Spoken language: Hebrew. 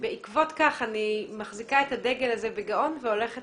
בעקבות כך אני מחזיקה את הדגל הזה בגאון והולכת